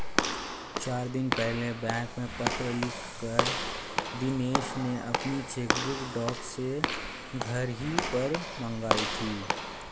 चार दिन पहले बैंक में पत्र लिखकर दिनेश ने अपनी चेकबुक डाक से घर ही पर मंगाई थी